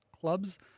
clubs